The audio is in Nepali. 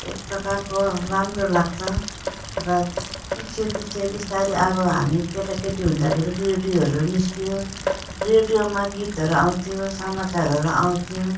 एकप्रकारको राम्रो लाग्छ र पछि पछि बिस्तारै अब हामी केटाकेटी हुँदाखेरि रेडियोहरू निस्कियो रेडियोमा गीतहरू आउँथ्यो समाचारहरू आउँथ्यो